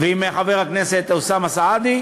ועם חבר הכנסת אוסאמה סעדי,